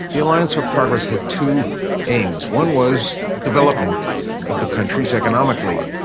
the alliance for progress had two aims one was development of the countries economically,